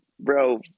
Bro